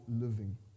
living